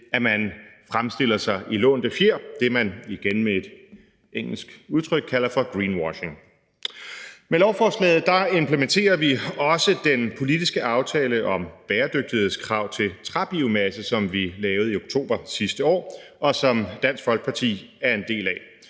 at man smykker sig med lånte fjer, altså det, man – igen med et engelsk udtryk – kalder for greenwashing. Med lovforslaget implementerer vi også den politiske aftale om bæredygtighedskrav til træbiomasse, som vi lavede i oktober sidste år, og som Dansk Folkeparti er en del af,